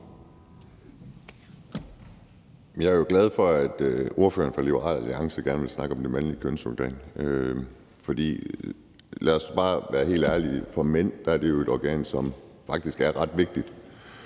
Jeg er jo glad for, at ordføreren for Liberal Alliance gerne vil snakke om det mandlige kønsorgan. For lad os bare være helt ærlige og sige, at for mænd er det et organ, som faktisk er ret vigtigt.